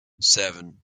seven